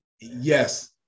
Yes